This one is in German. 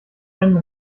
einen